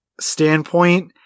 standpoint